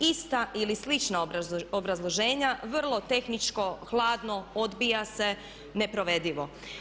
Ista ili slična obrazloženja vrlo tehničko, hladno odbija se, neprovedivo.